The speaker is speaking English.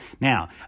Now